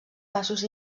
passos